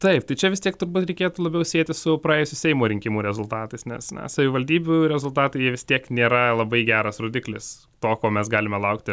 taip tai čia vis tiek turbūt reikėtų labiau sieti su praėjusių seimo rinkimų rezultatais nes savivaldybių rezultatai jie vis tiek nėra labai geras rodiklis to ko mes galime laukti